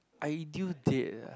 ideal date ah